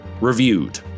reviewed